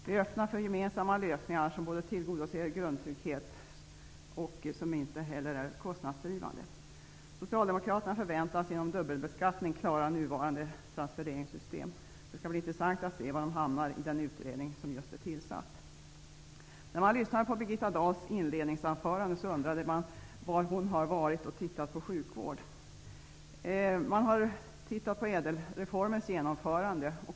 Vi är öppna för gemensamma lösningar som tillgodoser grundtrygghet och som inte är kostnadsdrivande. Socialdemokraterna förväntar sig att genom dubbelbeskattning klara nuvarande transfereringssystem. Det skall bli intressant att se var man hamnar i den utredning som just är tillsatt. När man hörde Birgitta Dahls inledningsanförande undrade man var hon har varit och tittat på sjukvård. Man har tittat på ÄDEL-reformens genomförande.